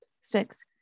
Six